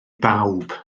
bawb